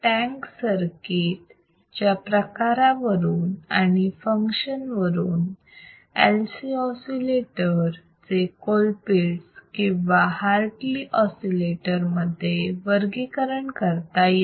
tank circuit च्या प्रकारावरून आणि फंक्शन वरून LC ऑसिलेटर चे कोलपिट्स किंवा हार्टलि ऑसिलेटर मध्ये वर्गीकरण करता येते